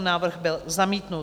Návrh byl zamítnut.